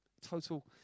total